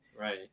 right